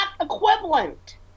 equivalent